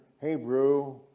Hebrew